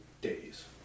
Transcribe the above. days